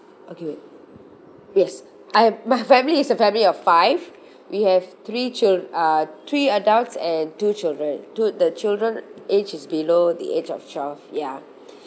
okay wait yes I have my family is a family of five we have three chil~ uh three adults and two children two the children age is below the age of twelve ya